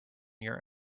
your